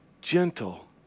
gentle